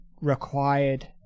required